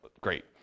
great